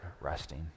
resting